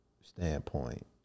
standpoint